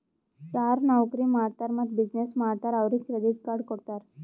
ಯಾರು ನೌಕರಿ ಮಾಡ್ತಾರ್ ಮತ್ತ ಬಿಸಿನ್ನೆಸ್ ಮಾಡ್ತಾರ್ ಅವ್ರಿಗ ಕ್ರೆಡಿಟ್ ಕಾರ್ಡ್ ಕೊಡ್ತಾರ್